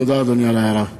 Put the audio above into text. תודה, אדוני, על ההערה.